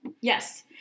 Yes